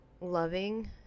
loving